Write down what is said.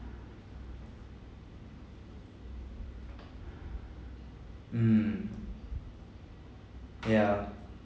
mm yeah